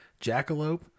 Jackalope